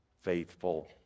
faithful